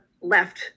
left